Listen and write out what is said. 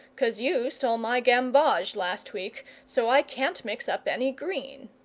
cos you stole my gamboge last week so i can't mix up any green.